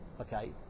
Okay